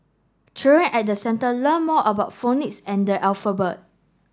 children at the centre learn more than phonics and the alphabet